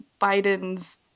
Biden's